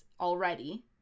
already